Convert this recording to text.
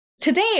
Today